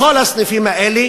בכל הסניפים האלה